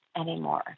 anymore